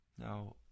Now